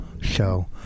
show